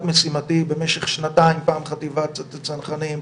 משימתי במשך שנתיים פעם חטיבת הצנחנים,